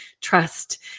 trust